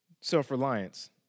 self-reliance